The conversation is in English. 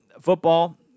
football